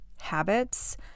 habits